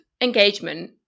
engagement